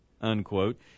unquote